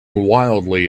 wildly